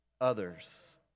others